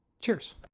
Cheers